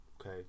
Okay